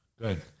Good